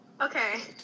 Okay